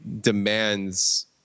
demands